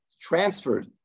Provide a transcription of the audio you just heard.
transferred